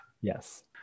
Yes